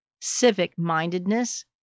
civic-mindedness